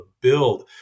build